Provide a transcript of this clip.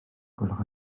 gwelwch